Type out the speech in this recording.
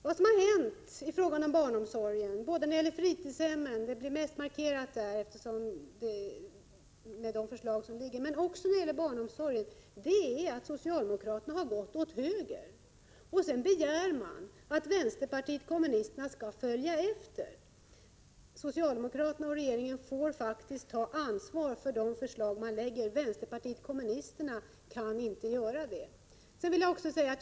Vad som har hänt i frågan om barnomsorgen, både vad gäller fritidshem — och mest markerat där enligt de föreliggande förslagen — och vad gäller daghemsverksamheten, är att socialdemokraterna har gått åt höger. Samtidigt begär de att vänsterpartiet kommunisterna skall följa efter. Socialdemokraterna och regeringen får faktiskt ta ansvar för de förslag som man lägger fram. Vänsterpartiet kommunisterna kan inte ta det ansvaret.